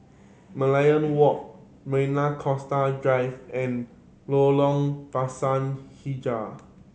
Merlion Walk Marina Coastal Drive and Lorong Pisang Hijau